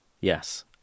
Yes